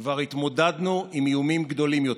כבר התמודדנו עם איומים גדולים יותר,